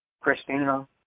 Christina